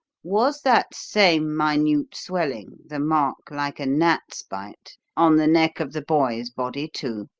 was that same minute swelling the mark like a gnat's bite on the neck of the boy's body, too?